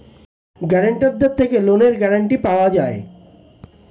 গ্যারান্টারদের থেকে লোনের গ্যারান্টি পাওয়া যায়